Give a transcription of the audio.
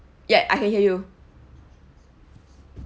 ya I can hear you